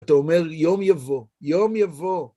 אתה אומר יום יבוא, יום יבוא.